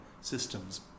systems